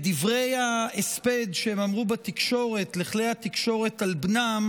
בדברי ההספד שהם אמרו לכלי התקשורת על בנם